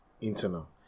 internal